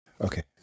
Okay